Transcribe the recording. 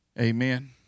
Amen